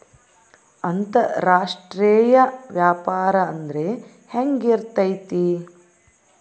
ಅಂತರಾಷ್ಟ್ರೇಯ ವ್ಯಾಪಾರ ಅಂದ್ರೆ ಹೆಂಗಿರ್ತೈತಿ?